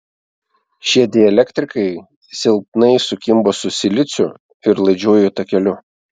šie dielektrikai silpnai sukimba su siliciu ir laidžiuoju takeliu